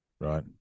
right